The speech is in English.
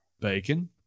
Bacon